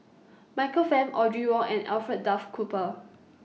Michael Fam Audrey Wong and Alfred Duff Cooper